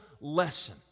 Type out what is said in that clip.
lesson